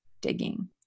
digging